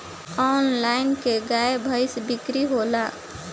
Online का गाय भैंस क बिक्री होला?